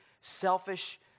selfish